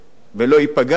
זה שווה בשבילי את כל ההתקפות.